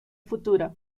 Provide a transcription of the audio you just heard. futura